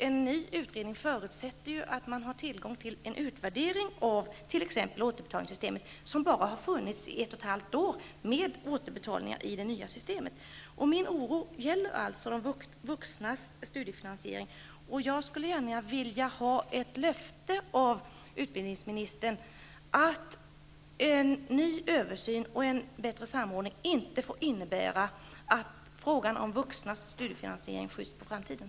En ny utredning förutsätter ju att man har tillgång till en utvärdering av t.ex. återbetalningssystemet, som bara har funnits ett och ett halvt år med återbetalningar enligt det nya systemet. Min oro gäller alltså de vuxnas studiefinansiering. Jag skulle gärna vilja ha ett löfte av utbildningsministern, att en ny översyn och en bättre samordning inte kommer att innebära att frågan om de vuxnas studiefinansiering skjuts på framtiden.